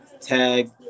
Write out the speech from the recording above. Tag